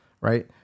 Right